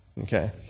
Okay